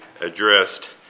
addressed